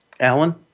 Alan